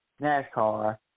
NASCAR